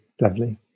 lovely